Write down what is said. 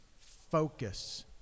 focus